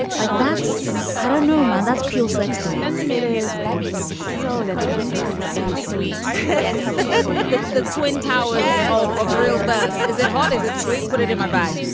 like that's i don't know, man. that's piel sex to me it is so incredibly hot and sweet that the twin towers yeah of of real buzz is it hot? is it sweet? put it in my bag.